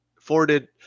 forwarded